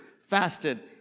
fasted